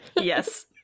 Yes